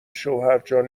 شوهرجان